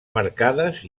marcades